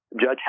Judge